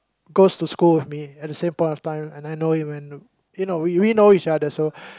goes to school with me at the same point of time and I know him and you know we we know each other so